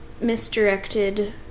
misdirected